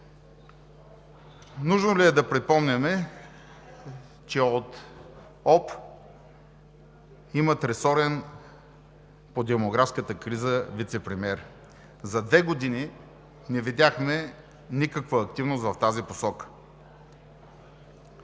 Нужно ли е да припомняме, че от ОП имат ресорен вицепремиер по демографската криза? За две години не видяхме никаква активност в тази посока.